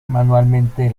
manualmente